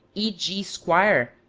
e. g. squier,